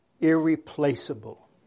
irreplaceable